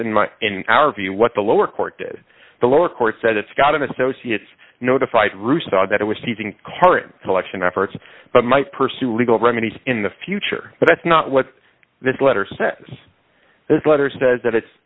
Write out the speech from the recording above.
in my in our view what the lower court did the lower court said it's got an associate's notified room saw that it was seizing current collection efforts but might pursue legal remedies in the future but that's not what this letter says this letter says that it's